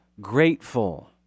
grateful